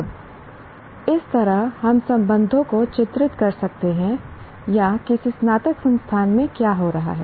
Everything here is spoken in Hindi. अब इस तरह हम संबंधों को चित्रित कर सकते हैं या किसी स्नातक संस्थान में क्या हो रहा है